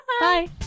Bye